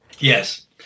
yes